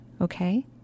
Okay